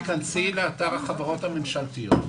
תכנסי לאתר החברות הממשלתיות,